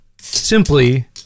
simply